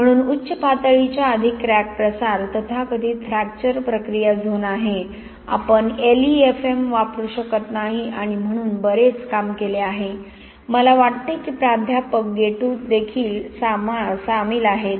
म्हणून उच्च पातळीच्या आधी क्रॅक प्रसार तथाकथित फ्रॅक्चर प्रक्रिया झोन आहे आपण LEFM वापरू शकत नाही आणि म्हणून बरेच काम केले आहे मला वाटते की प्राध्यापक गेटू देखील सामील आहेत